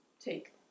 take